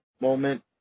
moment